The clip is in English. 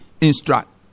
instruct